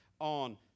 on